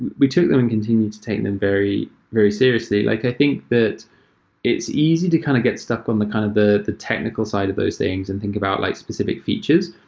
we took them and continued to take them very very seriously. like i think that it's easy to kind of get stuck on the kind of the the technical side of those things and think about like specific features.